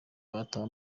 bataha